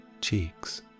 cheeks